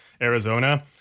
Arizona